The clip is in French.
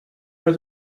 pas